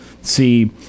see